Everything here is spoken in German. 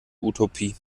utopie